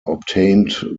obtained